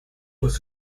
was